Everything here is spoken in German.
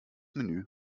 menü